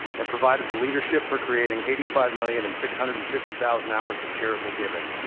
and provided the leadership for creating eighty five million and six hundred and fifty thousand hours of charitable giving.